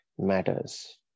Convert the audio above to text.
matters